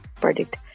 predict